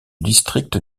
district